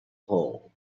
hull